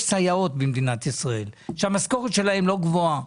יש סייעות במדינת ישראל שהמשכורת שלהן לא גבוהה.